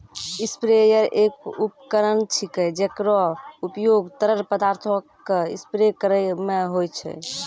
sprayer एक उपकरण छिकै, जेकरो उपयोग तरल पदार्थो क स्प्रे करै म होय छै